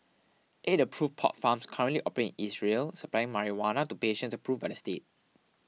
eight approve pot farms currently operate in Israel supplying marijuana to patients approved by the state